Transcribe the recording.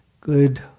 good